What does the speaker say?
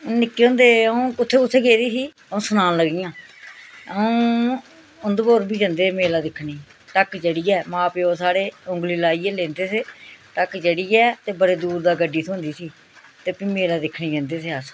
निक्के होंदे अ'ऊं कुत्थे कुत्थे गेदी ही अ'ऊं सनान लग्गी आं अ'ऊं उधमपुर बी जंदे हे मेला दिक्खने गी ढक्क चढ़ियै मां प्यो साढ़े उंगली लाइयै लेंदे से ढक्क चढ़ियै ते बड़ी दूर दा गड्डी थ्होंदी सी ते फ्ही मेला दिक्खना गी जंदे सी अस